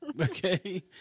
Okay